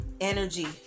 energy